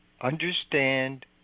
understand